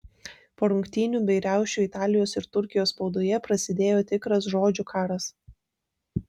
po rungtynių bei riaušių italijos ir turkijos spaudoje prasidėjo tikras žodžių karas